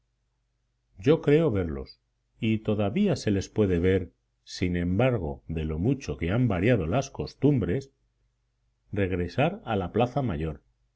buena yocreo verlos y todavía se les puede ver sin embargo de lo mucho que han variado las costumbres regresar a la plaza mayor